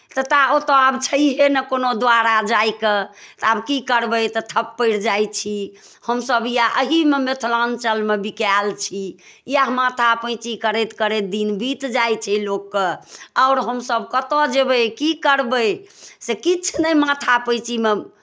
तऽ ओतय आब छैहे नहि छै कोनो द्वारा जायके तऽ आब की करबै तऽ ठप्प पड़ि जाइ छी हमसभ इएह एहि मिथिलाञ्चलमे बिकायल छी इएह माथा पैची करैत करैत दिन बीत जाइ छै लोकके आओर हमसभ कतय जेबै की करबै से किछु नहि माथा पैचीमे